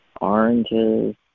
oranges